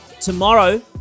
tomorrow